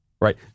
right